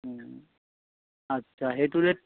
আচ্ছা সেইটো ৰেট